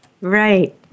Right